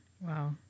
Wow